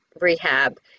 rehab